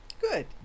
Good